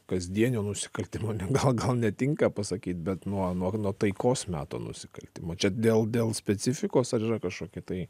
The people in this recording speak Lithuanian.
kasdienio nusikaltimo gal gal netinka pasakyt bet nuo nuok nuo taikos meto nusikaltimo čia dėl dėl specifikos ar yra kažkokia tai